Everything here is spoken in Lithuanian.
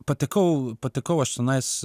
patekau patekau aš čionais